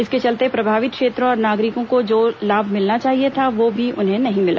इसके चलते प्रभावित क्षेत्रों और नागरिकों को जो लाभ मिलना चाहिए था वह भी उन्हें नहीं मिला